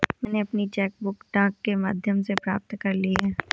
मैनें अपनी cheque book डाक के माध्यम से प्राप्त कर ली है